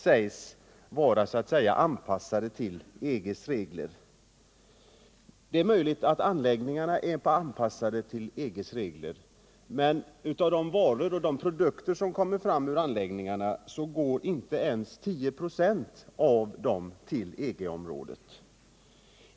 Det är möjligt att de regler som gäller för dessa anläggningar är anpassade till EG:s regler, men av de varor och produkter som framställs i anläggningarna går inte ens 10 96 till EG-området.